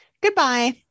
Goodbye